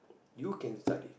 you can study